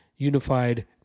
unified